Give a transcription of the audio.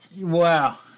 Wow